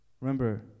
Remember